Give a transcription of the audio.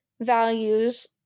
values